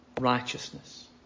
righteousness